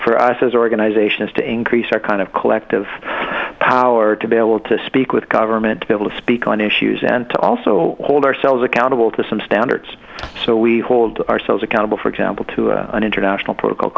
for us as organizations to increase our kind of collective power to be able to speak with government to be able to speak on issues and to also hold ourselves accountable to some standards so we hold ourselves accountable for example to an international p